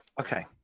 Okay